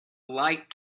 light